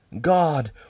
God